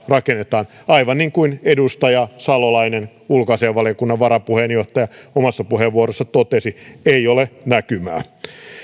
rakennetaan aivan niin kuin edustaja salolainen ulkoasiainvaliokunnan varapuheenjohtaja omassa puheenvuorossaan totesi ei ole näkymää